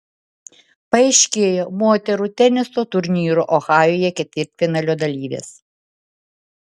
paaiškėjo moterų teniso turnyro ohajuje ketvirtfinalio dalyvės